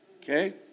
okay